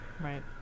Right